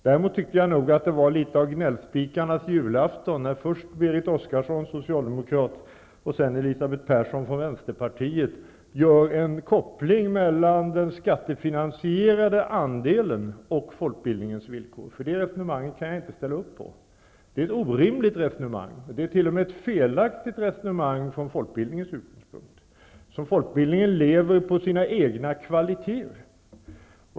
Däremot tycker jag nog att det var litet av gnällspikarnas julafton, när först socialdemokraten Berit Oscarsson och sedan Elisabeth Persson från vänsterpartiet gjorde en koppling mellan den skattefinansierade andelen och folkbildningens villkor, för det resonemanget kan jag inte ställa upp på. Det är ett orimligt resonemang. Det är t.o.m. ett felaktigt resonemang från folkbildningens utgångspunkt. Folkbildningen lever på sina egna kvaliteter.